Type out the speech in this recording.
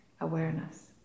awareness